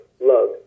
love